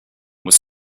was